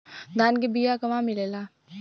धान के बिया कहवा मिलेला?